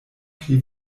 pli